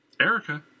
Erica